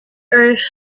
earth